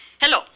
Hello